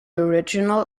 original